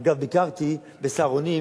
אגב, ביקרתי ב"סהרונים"